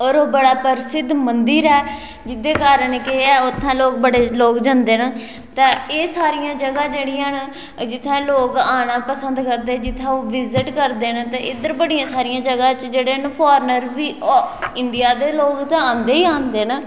होर ओह् बडा प्रसिद्ध मंदिर ऐ जेह्दे कारण केह् हे उत्थे लोक बड़े लोक जंदे न ते एह् सारियां जगह जेह्ड़ियां न जित्थे लोक आना पंसद करदे जित्थे ओह् विजट करदे न इद्धर बड़ियां सारियां जगह् च जेह्ड़े न फार्नर बी इंडियां दे लोक ते आंदे ही आंदे न